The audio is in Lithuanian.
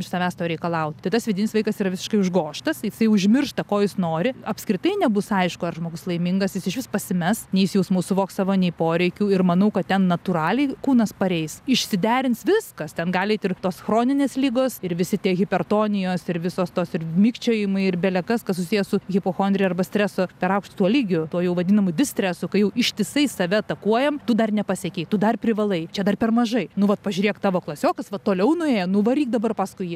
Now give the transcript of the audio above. iš savęs to reikalaut tai tas vidinis vaikas yra visiškai užgožtas jisai užmiršta ko jis nori apskritai nebus aišku ar žmogus laimingas jis išvis pasimes nei jis jausmų suvoks savo nei poreikių ir manau kad ten natūraliai kūnas pareis išsiderins viskas ten gali eit ir tos chroninės ligos ir visi tie hipertonijos ir visos tos ir mikčiojimai ir bele kas kas susiję su hipochondrija arba streso per aukštu tuo lygiu tuo jau vadinamu distresu kai jau ištisai save atakuojam tu dar nepasiekei tu dar privalai čia dar per mažai nu vat pažiūrėk tavo klasiokas va toliau nuėjo nuvaryk dabar paskui jį